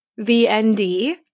VND